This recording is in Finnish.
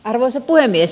arvoisa puhemies